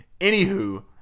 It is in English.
Anywho